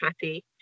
Patty